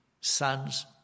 sons